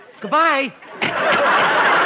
Goodbye